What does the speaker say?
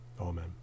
amen